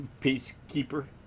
peacekeeper